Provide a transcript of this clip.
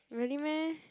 really meh